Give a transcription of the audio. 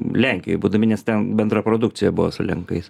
lenkijoj būdami nes ten bendra produkcija buvo su lenkais